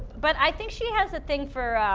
but i think she has a thing for